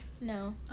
No